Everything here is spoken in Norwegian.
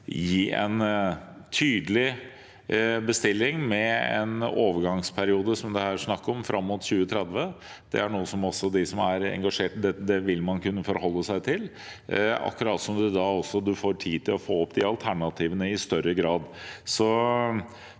gi en tydelig bestilling med en overgangsperiode, som det her er snakk om, fram mot 2030, er noe også de som er engasjert i dette, vil kunne forholde seg til, akkurat som de da også får tid til å få opp alternativer i større grad.